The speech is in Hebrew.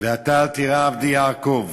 "ואתה אל תירא עבדי יעקב,